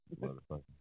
motherfucker